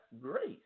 grace